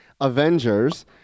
Avengers